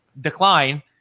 decline